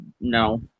no